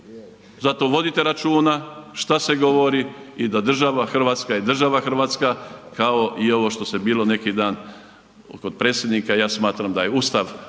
Zato vodite računa šta se govori i da država Hrvatska je država Hrvatska kao i ovo što se bilo neki dan kod predsjednika, ja smatram da je Ustav taj